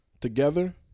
together